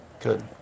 Good